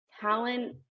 talent